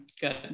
Good